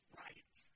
right